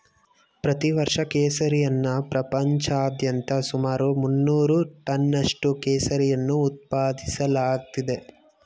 ಪ್ರತಿ ವರ್ಷ ಕೇಸರಿಯನ್ನ ಪ್ರಪಂಚಾದ್ಯಂತ ಸುಮಾರು ಮುನ್ನೂರು ಟನ್ನಷ್ಟು ಕೇಸರಿಯನ್ನು ಉತ್ಪಾದಿಸಲಾಗ್ತಿದೆ